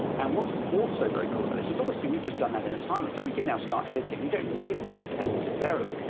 and what's also very cool about this is obviously we've just done that in a timeline. so we can now start editing. we don't need a multi-cam necessarily,